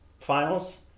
files